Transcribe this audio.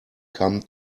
come